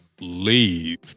leave